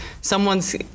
someone's